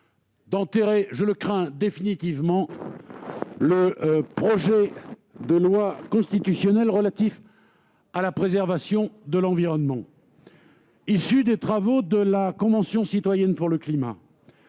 définitivement, je le crains, le projet de loi constitutionnelle relatif à la préservation de l'environnement, issu des travaux de la Convention citoyenne pour le climat.